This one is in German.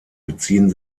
beziehen